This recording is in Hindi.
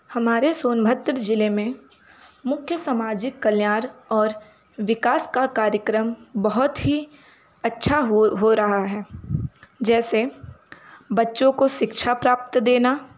हमारे सोनभद्र ज़िले में मुख्य समाजिक कल्याण और विकास का कार्यक्रम बहुत ही अच्छा हो हो रहा है जैसे बच्चों को शिक्षा प्राप्त देना